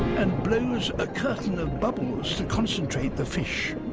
and blows a curtain of bubbles to concentrate the fish.